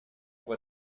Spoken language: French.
pour